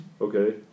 Okay